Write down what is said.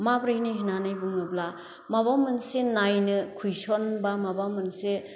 माब्रैनो होन्नानै बुङोब्ला माबा मोनसे नायनो कुइसन बा माबा मोनसे